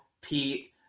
Pete